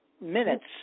minutes